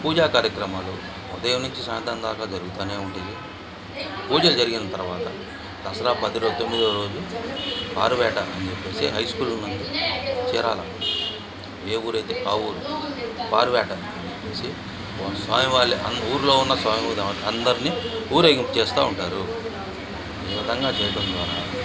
పూజా కార్యక్రమాలు ఉదయం నుంచి సాయంత్రం దాకా జరుగుతు ఉంటాయి పూజలు జరిగిన తరువాత దసరా పది తొమ్మిదో రోజు ఆరుబయట అని చెప్పి హై స్కూల్ ముందు చీరాల ఏ ఊరు అయితే ఆ ఊరు ఆరుబయట అని చెప్పి స్వామి వారి ఊరిలో ఉన్న స్వామి వారి అందర్నీ ఊరేగింపు చేస్తు ఉంటారు ఈ విధంగా చేయటం ద్వారా